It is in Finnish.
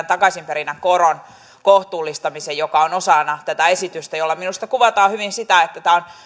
takaisinperinnän koron kohtuullistamisen joka on osana tätä esitystä jolla minusta kuvataan hyvin sitä että tämä on